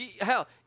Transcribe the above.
Hell